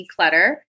declutter